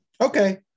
Okay